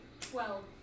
twelve